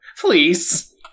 Please